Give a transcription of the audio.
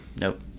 Nope